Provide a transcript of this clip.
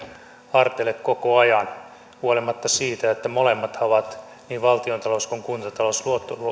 harteille koko ajan huolimatta siitä että molemmathan ovat niin valtiontalous kuin kuntatalous